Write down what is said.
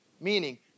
meaning